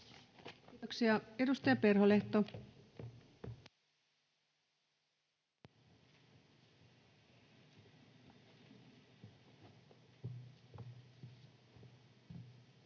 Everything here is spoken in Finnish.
Kiitoksia. — Edustaja Perholehto. [Speech